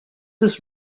this